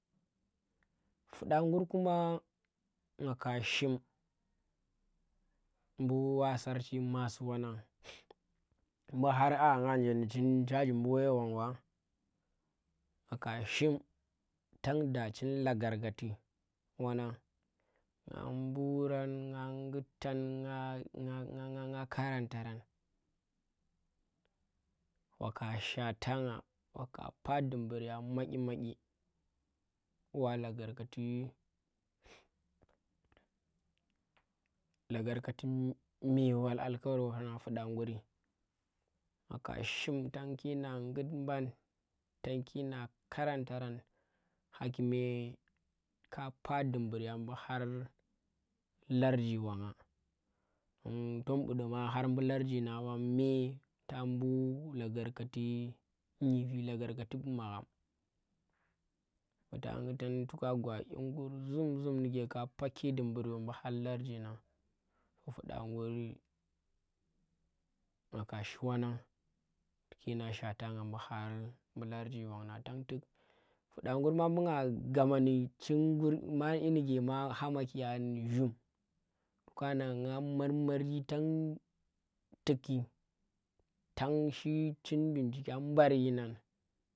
Fuda ngur kuma nga ka shim mbu wa sarchi masi wanang, mbu har nga nje ndi chin charge mbu waye wang wa, nga ka shim tang da chin lagarkati wannang nga mburang nga ngutang nga nga nga karantaragn waka shwata nga waka pah dumbur ya madyi madyi, wa lagar kati mewar algawar wannang fuɗa nguri nga ka shim tang ki nga ngut ban, tanki nga karantaran, haa kume ka pah dumbur ya mbu har larji wangha. Don tom bu dumma harbu larjina wa meeta mbu lagargati nghifi lagarkati bu magham. Mbu ta nguttang to kwa gwa ƙyigur zum zum ndike ka paki dumbur yo mbu har larjingang fuɗa nguri nga kashi wannang tuki na shwatan nga mbu har larji banga tan tuk fuɗa ngurma mbu nga gama ndi chin ngur ma chin iyi ndike ma hamakiya mbu zhum to kana nga marmari tan tuki tang shi chin binchikyan mbar yinan